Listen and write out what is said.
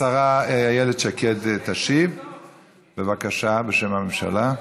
השרה איילת שקד תשיב, בבקשה, בשם הממשלה.